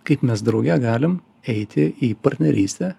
kaip mes drauge galim eiti į partnerystę